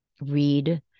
read